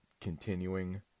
continuing